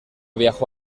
viajó